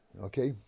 Okay